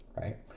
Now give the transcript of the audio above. Right